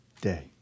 day